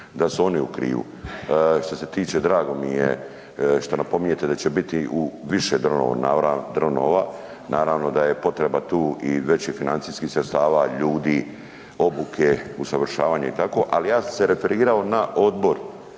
da su oni u krivu. Što se tiče, drago mi je što napominjete da će biti više dronova, naravno da je potreba tu i većih financijskih sredstava, ljudi, obuke, usavršavanje i tako, ali ja sam se referirao na odbor,